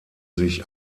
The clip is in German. sich